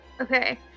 Okay